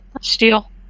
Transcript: Steal